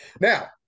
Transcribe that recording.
Now